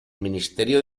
ministerio